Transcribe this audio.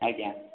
ଆଜ୍ଞା